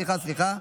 סליחה,